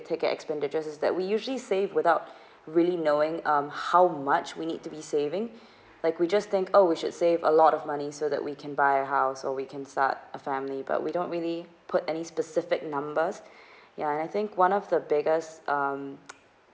ticket expenditures is that we usually save without really knowing um how much we need to be saving like we just think oh we should save a lot of money so that we can buy a house or we can start a family but we don't really put any specific numbers yeah I think one of the biggest um